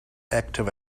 active